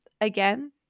Again